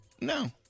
No